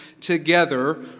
together